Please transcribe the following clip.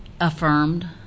affirmed